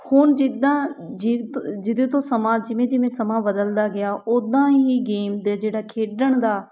ਹੁਣ ਜਿੱਦਾਂ ਜੀਤੋ ਜਿਹਦੇ ਤੋਂ ਸਮਾਂ ਜਿਵੇਂ ਜਿਵੇਂ ਸਮਾਂ ਬਦਲਦਾ ਗਿਆ ਉੱਦਾਂ ਹੀ ਗੇਮ ਦੇ ਜਿਹੜਾ ਖੇਡਣ ਦਾ